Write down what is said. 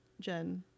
Jen